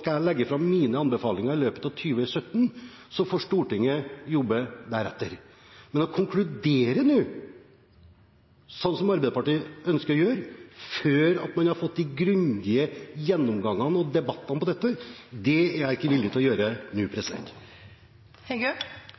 skal jeg legge fram mine anbefalinger i løpet av 2017. Så får Stortinget jobbe deretter. Men å konkludere nå, som Arbeiderpartiet ønsker å gjøre, før man har fått de grundige gjennomgangene av og debattene om dette, er jeg ikke villig til å gjøre.